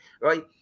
right